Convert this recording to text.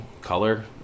color